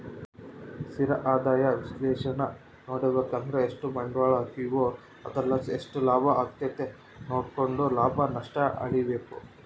ಸ್ಥಿರ ಆದಾಯ ವಿಶ್ಲೇಷಣೇನಾ ನೋಡುಬಕಂದ್ರ ಎಷ್ಟು ಬಂಡ್ವಾಳ ಹಾಕೀವೋ ಅದರ್ಲಾಸಿ ಎಷ್ಟು ಲಾಭ ಆಗೆತೆ ನೋಡ್ಕೆಂಡು ಲಾಭ ನಷ್ಟ ಅಳಿಬಕು